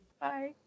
Bye